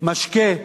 משקה,